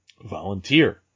volunteer